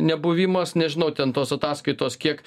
nebuvimas nežinau ten tos ataskaitos kiek